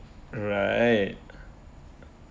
right